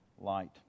light